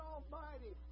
Almighty